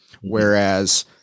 Whereas